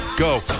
Go